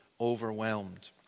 overwhelmed